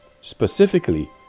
Specifically